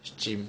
gym